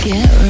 Get